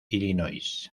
illinois